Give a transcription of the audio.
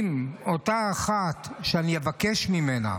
אם אותה אחת שאני אבקש ממנה